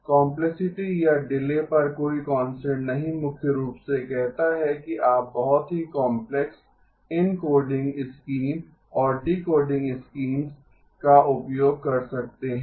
complexity या delay पर कोई कांस्टेंट नहीं मुख्य रूप से कहता है कि आप बहुत ही काम्प्लेक्स एन्कोडिंग स्कीम्स और डिकोडिंग स्कीम्स का उपयोग कर सकते हैं